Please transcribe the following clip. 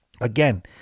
again